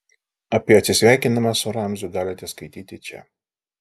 apie atsisveikinimą su ramziu galite skaityti čia